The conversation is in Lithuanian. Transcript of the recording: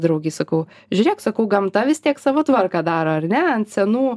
draugei sakau žiūrėk sakau gamta vis tiek savo tvarką daro ar ne ant senų